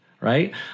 right